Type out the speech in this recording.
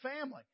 family